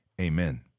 amen